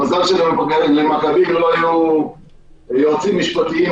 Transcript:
מזל שלמאחזים לא היו יועצים משפטיים,